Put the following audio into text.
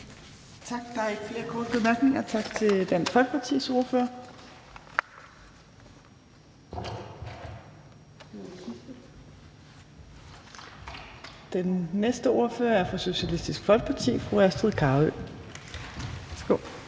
Der er ikke nogen korte bemærkninger til Dansk Folkepartis ordfører. Den næste ordfører er fra Socialistisk Folkeparti, og det er